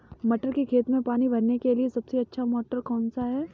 मटर के खेत में पानी भरने के लिए सबसे अच्छा मोटर कौन सा है?